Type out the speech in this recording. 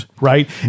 Right